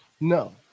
No